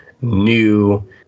new